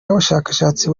n’abashakashatsi